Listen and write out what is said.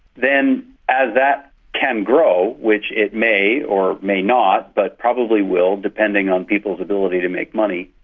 then as that can grow, which it may or may not but probably will depending on people's ability to make money,